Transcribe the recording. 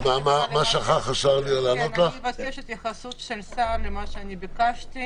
אני אבקש התייחסות של השר למה שביקשתי